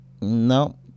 No